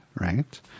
Right